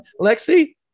Lexi